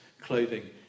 clothing